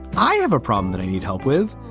i have a problem that i need help with.